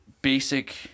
basic